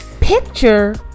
picture